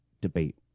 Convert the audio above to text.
debate